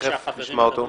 לפני שהחברים מדברים,